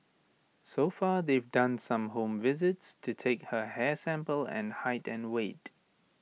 so far they've done some home visits to take her hair sample and height and weight